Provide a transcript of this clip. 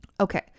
Okay